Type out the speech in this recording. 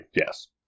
Yes